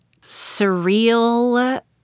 surreal